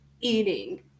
Eating